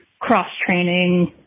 cross-training